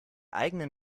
eigenen